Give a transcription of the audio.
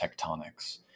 tectonics